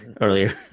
earlier